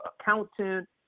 accountant